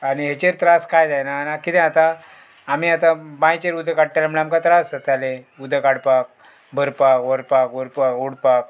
आनी हाचेर त्रास कांय जायना आनी किदें जाता आमी आतां बांयचेर उदक काडटालें म्हणल्यार आमकां त्रास जातालें उदक काडपाक भरपाक व्हरपाक व्हरपाक ओडपाक